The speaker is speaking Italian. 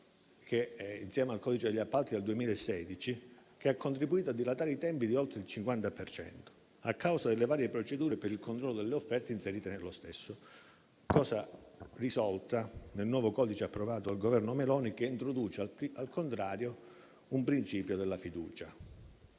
che, insieme al codice degli appalti del 2016, ha contribuito a dilatare i tempi di oltre il 50 per cento, a causa delle varie procedure per il controllo delle offerte inserite nello stesso, cosa risolta nel nuovo codice approvato dal Governo Meloni che introduce, al contrario, un principio della fiducia.